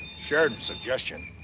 sheridan's suggestion,